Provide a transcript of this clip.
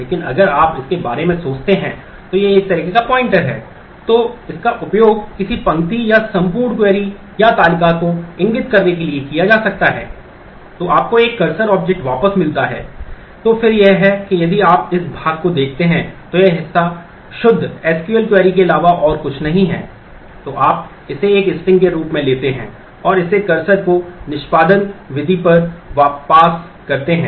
तो आप इसे एक स्ट्रिंग के रूप में लेते हैं और इसे कर्सर की निष्पादन विधि पर पास करते हैं